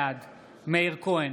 בעד מאיר כהן,